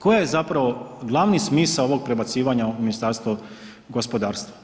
Koji je zapravo glavni smisao ovog prebacivanja u Ministarstvo gospodarstva?